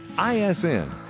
ISN